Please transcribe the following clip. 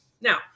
Now